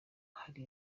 hari